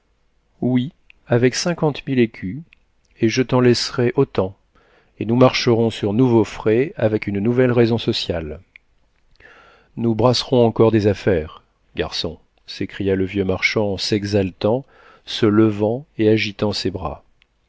oui avec cinquante mille écus et je t'en laisserai autant et nous marcherons sur nouveaux frais avec une nouvelle raison sociale nous brasserons encore des affaires garçon s'écria le vieux marchand en s'exaltant se levant et agitant ses bras